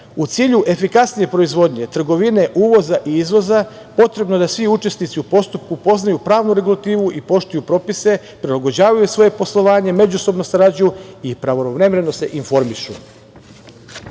U cilju efikasnije proizvodnje, trgovine, uvoza i izvoza, potrebno je da svi učesnici u postupku poznaju pravnu regulativu i poštuju propise, prilagođavaju svoje poslovanje, međusobno sarađuju i pravovremeno se informišu. Iskoristio